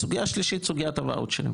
הסוגיה השלישית היא סוגיית הוואוצ'רים.